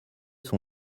son